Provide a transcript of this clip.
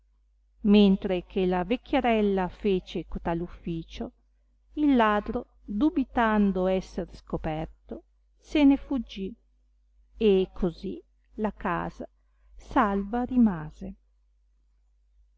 mentre che la vecchiarella fece cotal ufficio il ladro dubitando esser scoperto se ne fuggì e così la casa salva rimase